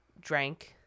drank